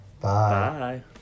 Bye